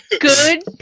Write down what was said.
Good